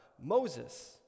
Moses